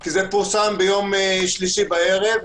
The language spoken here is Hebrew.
כי זה פורסם ביום שלישי בערב,